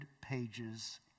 pages